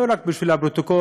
לא רק בשביל הפרוטוקול,